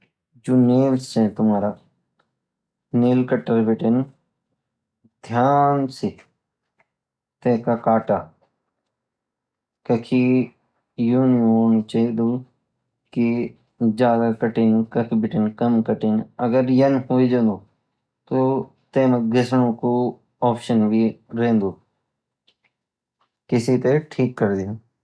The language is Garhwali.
जजों नलेस ची तुम्हरा नेलकटर बीतीं ध्यान से तेका काटा कखि युनि हूँ चेदु की ज्यादा कठिन कखि बीतीं काम कटी अगर यान हूए जोलु तो तेमा घिसनेकु ऑप्शन भी रहेन्दु किसे तरहं ठीक करदियां